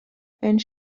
and